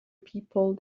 people